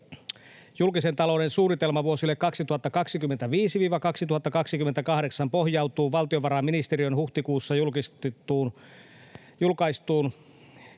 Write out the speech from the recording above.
Julkisen talouden suunnitelma vuosille 2025—2028 pohjautuu valtiovarainministeriön huhtikuussa julkaisuun